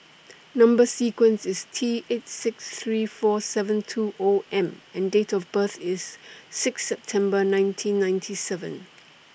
Number sequence IS T eight six three four seven two O M and Date of birth IS Sixth September nineteen ninety seven